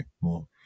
more